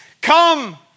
Come